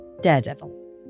Daredevil